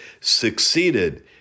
succeeded